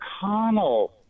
McConnell